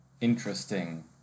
interesting